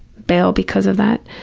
bail because of that.